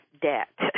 debt